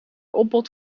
opbod